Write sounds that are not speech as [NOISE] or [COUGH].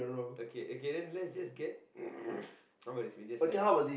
okay okay then let's just get [COUGHS] I want to buy this it's just less